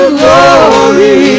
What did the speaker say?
glory